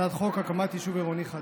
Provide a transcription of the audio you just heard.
הצעת חוק הקמת יישוב עירוני חדש: